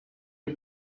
you